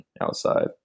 outside